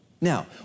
Now